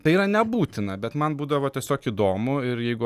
tai yra nebūtina bet man būdavo tiesiog įdomu ir jeigu